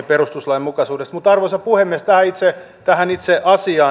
mutta arvoisa puhemies tähän itse asiaan